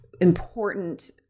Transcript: important